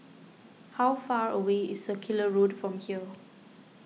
how far away is Circular Road from here